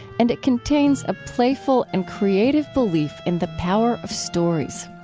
and it contains a playful and creative belief in the power of stories.